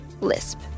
Lisp